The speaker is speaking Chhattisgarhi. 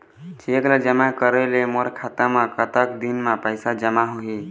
चेक ला जमा करे ले मोर खाता मा कतक दिन मा पैसा जमा होही?